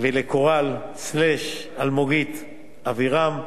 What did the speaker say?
וקורל אלמוגית אבירם.